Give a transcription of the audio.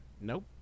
Nope